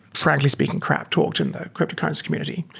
frankly speaking, crap talked in the cryptocurrency community.